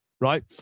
right